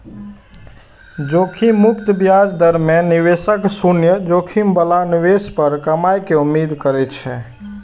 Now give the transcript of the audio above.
जोखिम मुक्त ब्याज दर मे निवेशक शून्य जोखिम बला निवेश पर कमाइ के उम्मीद करै छै